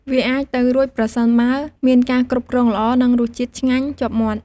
វាអាចទៅរួចប្រសិនបើមានការគ្រប់គ្រងល្អ និងរសជាតិឆ្ងាញ់ជាប់មាត់។